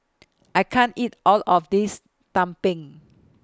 I can't eat All of This Tumpeng